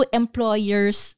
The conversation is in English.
employers